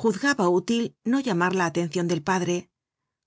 juzgaba útil no llamar la atencion del padre